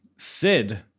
Sid